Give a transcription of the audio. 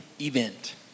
event